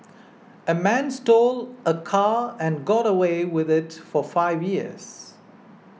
a man stole a car and got away with it for five years